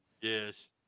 Yes